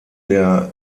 der